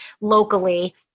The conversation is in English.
locally